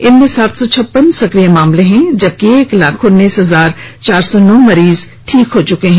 इनमें सात सौ छपन्न सक्रिय केस हैं जबकि एक लाख उन्नीस हजार चार सौ नौ मरीज ठीक हो चुके हैं